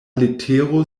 letero